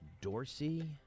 Dorsey